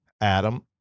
Adam